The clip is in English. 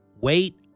Wait